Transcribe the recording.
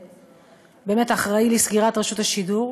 שבאמת אחראי לסגירת רשות השידור,